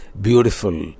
beautiful